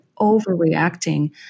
overreacting